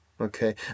okay